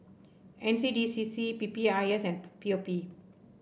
N C D C C P P I S and P P O P